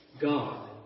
God